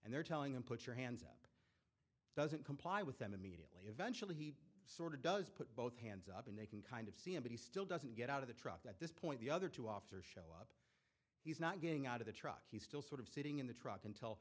and they're telling him put your hands up doesn't comply with them immediately eventually he sort of does put both hands up and they can kind of see him but he still doesn't get out of the truck at this point the other two officers show he's not getting out of the truck he's still sort of sitting in the truck until